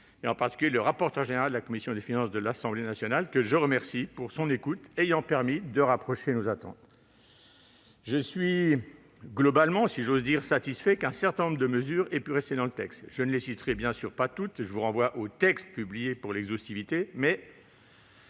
en particulier avec le rapporteur général de la commission des finances de l'Assemblée nationale, que je remercie de son écoute et qui a permis de rapprocher nos attentes. Ainsi, si j'ose dire, je suis globalement satisfait qu'un certain nombre de mesures aient pu rester dans le texte. Je ne les citerai bien sûr pas toutes- je vous renvoie au texte publié pour l'exhaustivité -, mais